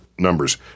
numbers